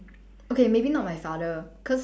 okay maybe not my father cause